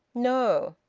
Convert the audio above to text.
no.